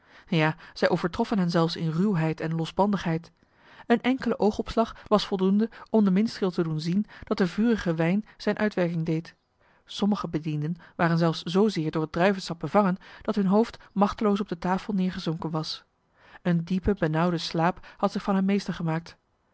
ja zij overtroffen hen zelfs in ruwheid en losbandigheid een enkele oogopslag was voldoende om den minstreel te doen zien dat de vurige wijn zijne uitwerking deed sommige bedienden waren zelfs zoozeer door het druivensap bevangen dat hun hoofd machteloos op de tafel neêrgezonken was een diepe benauwde slaap had zich van hen meester gemaakt